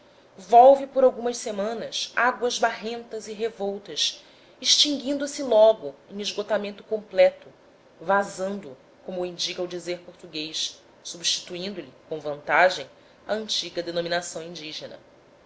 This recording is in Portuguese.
volve por algumas semanas águas barrentas e revoltas extinguindo se logo em esgotamento completo vazando como o indica o dizer português substituindo lhe com vantagem a antiga denominação indígena